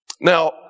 Now